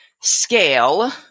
scale